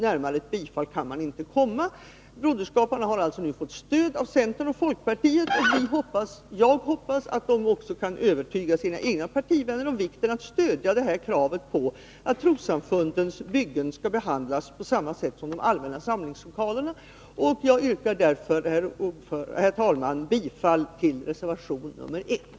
Närmare ett bifall kan man inte komma. Broderskaparna har alltså nu fått stöd av centern och folkpartiet. Jag hoppas att de också kan övertyga sina egna partivänner om vikten av att stödja det här kravet på att trossamfundens byggen skall behandlas på samma sätt som de allmänna samlingslokalerna. Herr talman! Jag yrkar bifall till reservation nr 1.